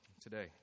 today